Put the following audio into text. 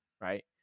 right